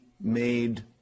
made